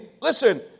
listen